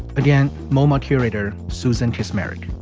again, moma curator suzanne kiss marion.